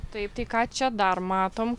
taip tai ką čia dar matom